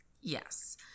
Yes